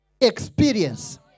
experience